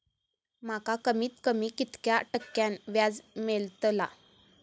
माका कमीत कमी कितक्या टक्क्यान व्याज मेलतला?